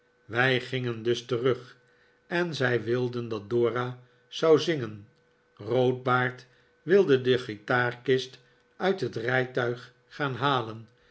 wij gingen dus terug en zij wilden dat dora zou zingen roodbaard wilde de guitaarkist uit het rijtuig gaan halen